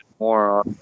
More